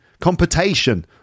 Competition